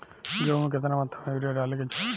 गेहूँ में केतना मात्रा में यूरिया डाले के चाही?